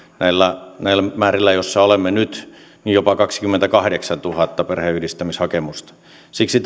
näillä näillä määrillä joissa olemme nyt jopa kaksikymmentäkahdeksantuhatta perheenyhdistämishakemusta siksi